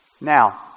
Now